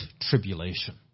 tribulation